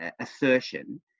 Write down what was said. assertion